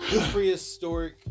prehistoric